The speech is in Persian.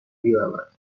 میرود